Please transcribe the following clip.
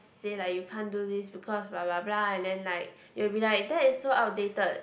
say like you can't do this because blah blah blah and then like you'll be like that is so outdated